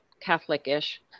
Catholic-ish